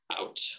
out